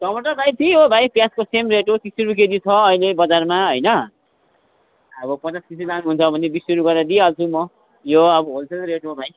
टमाटर भाइ त्यही हो भाइ प्याजको सेम रेट हो तिस रुपियाँ केजी छ अहिले बजारमा होइन अब पचास केजी लानुहुन्छ भने बिस रुपियाँ गरेर दिइहाल्छु म यो अब होलसेल रेट हो भाइ